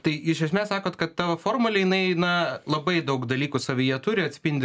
tai iš esmės sakot kad ta formulė jinai na labai daug dalykų savyje turi atspindi